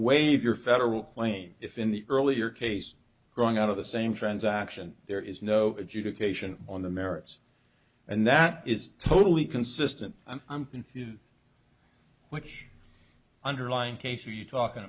waive your federal claim if in the earlier case growing out of the same transaction there is no adjudication on the merits and that is totally consistent i'm in which underlying case are you talking